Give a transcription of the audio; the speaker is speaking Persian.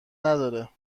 نداره